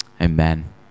Amen